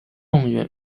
状元